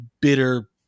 bitter